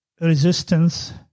resistance